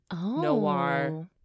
noir